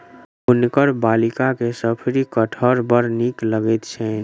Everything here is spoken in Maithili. हुनकर बालिका के शफरी कटहर बड़ नीक लगैत छैन